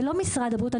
זה לא משרד הבריאות.